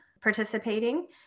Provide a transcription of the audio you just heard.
participating